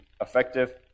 effective